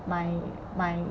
my my